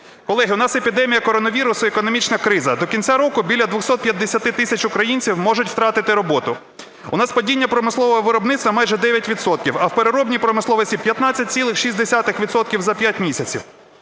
Колеги, у нас епідемія коронавірусу і економічна криза. До кінця року біля 250 тисяч українців можуть втратити роботу. У нас падіння промислового виробництва майже 9 відсотків, а в переробній промисловості – 15,6 відсотків за 5 місяців.